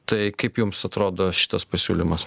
tai kaip jums atrodo šitas pasiūlymas